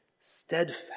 steadfast